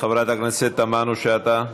חברת הכנסת תמנו-שטה,